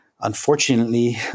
unfortunately